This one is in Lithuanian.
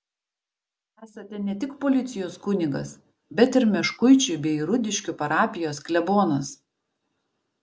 esate ne tik policijos kunigas bet ir meškuičių bei rudiškių parapijos klebonas